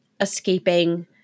escaping –